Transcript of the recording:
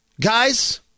Guys